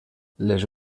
les